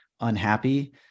unhappy